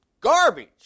Garbage